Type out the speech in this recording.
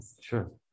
sure